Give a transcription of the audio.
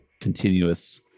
continuous